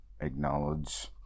acknowledge